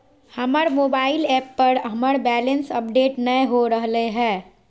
हमर mobile app पर हमर बैलेंस अपडेट नय हो रहलय हें